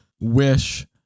Wish